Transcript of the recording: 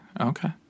okay